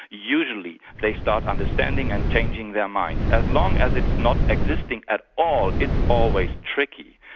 usually they start understanding and changing their minds. as long as it's not existing at all, it's always tricky.